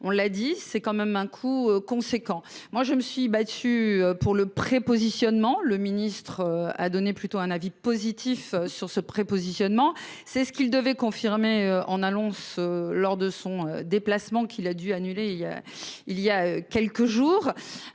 on l'a dit, c'est quand même un coût conséquent moi je me suis battu pour le prépositionnement. Le ministre a donné plutôt un avis positif sur ce prépositionnement c'est ce qu'il devait confirmer en annonce lors de son déplacement qu'il a dû annuler. Il y a quelques jours.